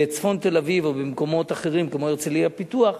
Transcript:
בצפון תל-אביב ובמקומות אחרים, כמו הרצלייה-פיתוח,